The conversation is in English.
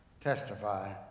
testify